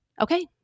Okay